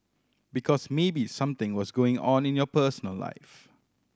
because maybe something was going on in your personal life